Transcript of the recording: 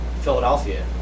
Philadelphia